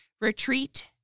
Retreat